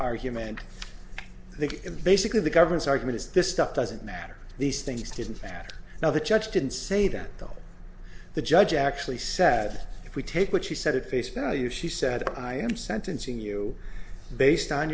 argument that in basically the government's argument is this stuff doesn't matter these things didn't matter now the judge didn't say that the judge actually said if we take what she said at face value she said i am sentencing you based on